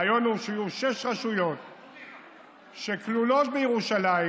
הרעיון הוא שיהיו שש רשויות שכלולות בירושלים,